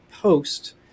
post